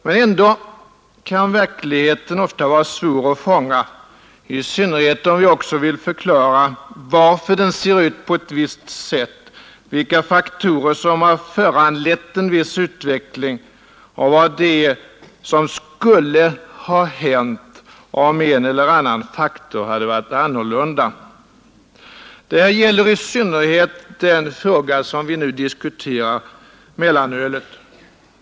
Men ändå kan verkligheten ofta vara svår att fånga, i synnerhet om vi också vill förklara varför den ser ut på ett visst sätt, vilka faktorer som har föranlett en viss utveckling och vad som skulle hänt om en eller annan faktor hade varit annorlunda. Detta gäller i synnerhet den fråga som vi nu diskuterar — mellanölet.